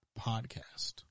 podcast